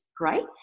right